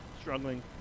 struggling